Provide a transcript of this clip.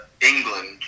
England